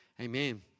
Amen